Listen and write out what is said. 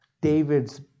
David's